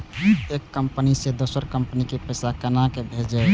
एक कंपनी से दोसर कंपनी के पैसा केना भेजये?